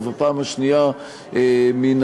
ובפעם השנייה מן